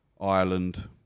Ireland